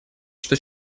что